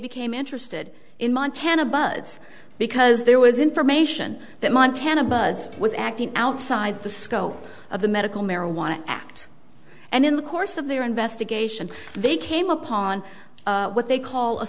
became interested in montana bugs because there was information that montana buzz was acting outside the scope of the medical marijuana act and in the course of their investigation they came upon what they call a